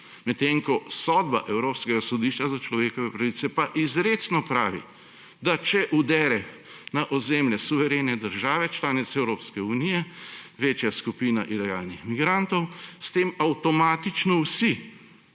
medtem ko sodba Evropskega sodišča za človekove pravice pa izrecno pravi, da če vdere na ozemlje suverene države članice Evropske unije večja skupina ilegalnih migrantov, s tem avtomatično vsi